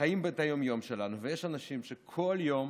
חיים את היום-יום שלנו, ויש אנשים שכל יום,